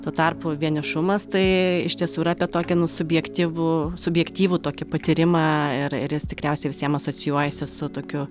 tuo tarpu vienišumas tai iš tiesų yra apie tokį nu subjektyvų subjektyvų tokį patyrimą ir ir jis tikriausiai visiem asocijuojasi su tokiu